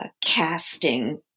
casting